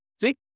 See